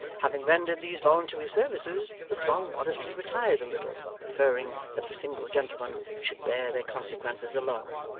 having rendered these voluntary services, the throng modestly retired a little, preferring that the single gentleman should bear their consequences alone.